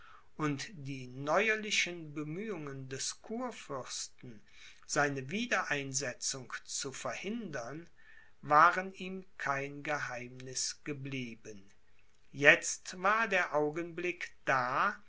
und die neuerlichen bemühungen des kurfürsten seine wiedereinsetzung zu verhindern waren ihm kein geheimniß geblieben jetzt war der augenblick da